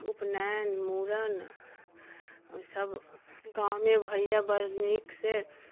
उपनैन मुड़न ओ सभ गाँवमे भैए बड़ नीकसँ